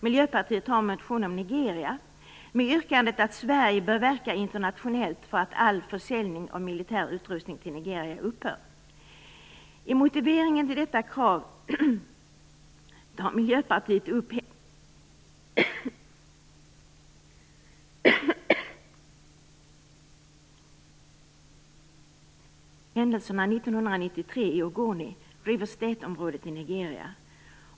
Miljöpartiet har nämligen en motion om Nigeria med yrkandet att Sverige bör verka internationellt för att all försäljning av militär utrustning till Nigeria upphör. I motiveringen till detta krav tar Miljöpartiet upp händelserna 1993 i Ogoni, River state-området i Nigeria.